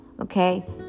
Okay